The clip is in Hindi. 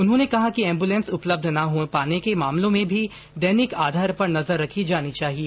उन्होंने कहा कि एम्बुलेंस उपलब्ध न हो पाने के मामलों में भी दैनिक आधार पर नजर रखी जानी चाहिए